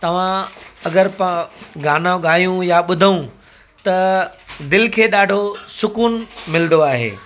तव्हां अगरि प गाना ॻायूं या ॿुधूं त दिलि खे ॾाढो सुकून मिलंदो आहे